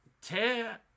Tear